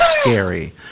scary